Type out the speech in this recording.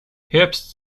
herbst